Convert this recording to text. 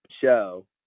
show